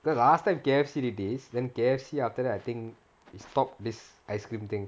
because last time K_F_C did this then K_F_C after that I think they stop this ice cream thing